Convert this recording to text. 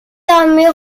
armées